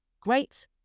Great